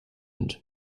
and